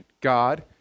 God